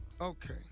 Okay